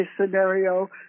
scenario